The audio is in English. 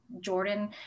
Jordan